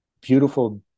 beautiful